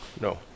No